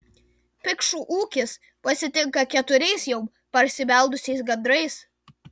pikšų ūkis pasitinka keturiais jau parsibeldusiais gandrais